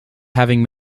having